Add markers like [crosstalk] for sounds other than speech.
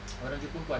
[noise] orang jepun pun ada